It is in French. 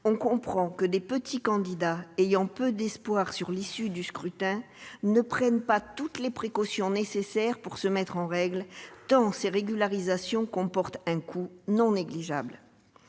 on comprend que des petits candidats, ayant peu d'espoir sur l'issue du scrutin, ne prennent pas toutes les précautions nécessaires pour se mettre en règle, tant ces régularisations comportent un coût non négligeable.